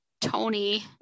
Tony